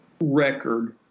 record